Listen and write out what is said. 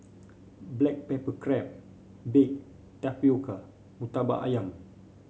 Black Pepper Crab Baked Tapioca murtabak ayam